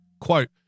Quote